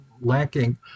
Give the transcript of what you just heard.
lacking